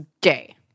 gay